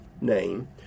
name